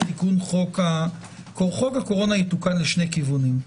חוק הקורונה יתוקן לשני כיוונים.